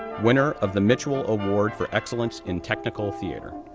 winner of the mitchell award for excellence in technical theater,